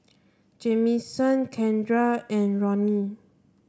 Jamison Kendra and Ronny